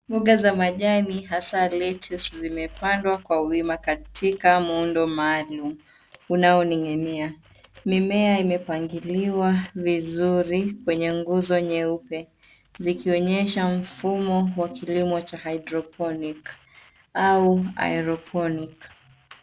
Mboga za majani hasa lettuce zimepandwa kwa wima katika muundo maalum unaoning'inia. Mimea imepangiliwa vizuri kwenye nguzo nyeupe zikionyesha mfumo wa kilimo cha hydroponic au aeroponic .